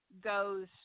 goes